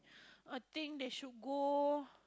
I think they should go